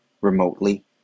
remotely